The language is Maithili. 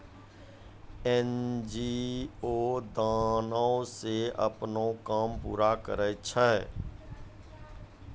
एन.जी.ओ दानो से अपनो काम पूरा करै छै